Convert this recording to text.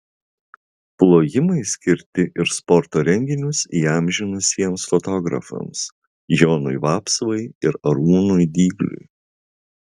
plojimai skirti ir sporto renginius įamžinusiems fotografams jonui vapsvai ir arūnui dygliui